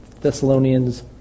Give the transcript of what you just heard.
Thessalonians